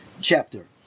chapter